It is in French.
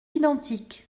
identiques